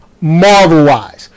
Marvel-wise